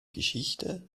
geschichte